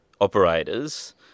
Operators